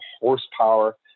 horsepower